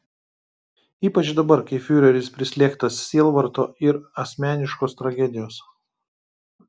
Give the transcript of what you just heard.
ypač dabar kai fiureris prislėgtas sielvarto ir asmeniškos tragedijos